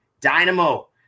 Dynamo